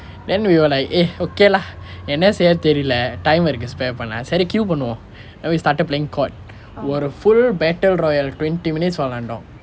then we were like eh okay lah என்ன செய்ய தெரியில்லே:enna seyya theriyillae time இருக்கு:irukku spare பண்ண சரி:panna sari queue பண்ணுவோம்:pannuvom then we started playing COD ஒரு:oru full battle royal twenty minutes விளையாடினோம்:vilayadinom